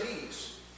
peace